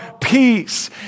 peace